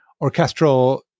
orchestral